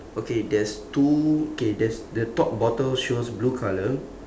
okay there's two okay there's the top bottle shows blue colour